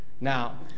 Now